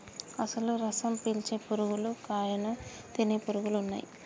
అసలు రసం పీల్చే పురుగులు కాయను తినే పురుగులు ఉన్నయ్యి